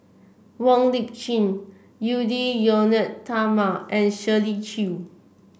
Wong Lip Chin Edwy Lyonet Talma and Shirley Chew